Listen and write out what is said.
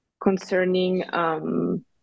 concerning